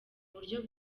buryo